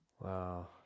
Wow